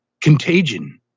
contagion